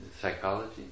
psychology